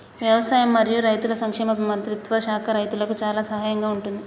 వ్యవసాయం మరియు రైతుల సంక్షేమ మంత్రిత్వ శాఖ రైతులకు చాలా సహాయం గా ఉంటుంది